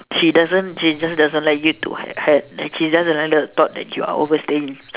she doesn't she just doesn't like you to have she just doesn't like the thought that you are overstaying